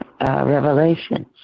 Revelations